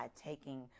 taking